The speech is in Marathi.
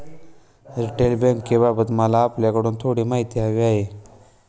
रिटेल बँकिंगबाबत मला आपल्याकडून थोडी माहिती हवी आहे